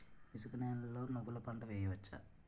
ఇసుక నేలలో నువ్వుల పంట వేయవచ్చా?